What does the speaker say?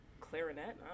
clarinet